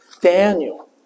Daniel